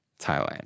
Thailand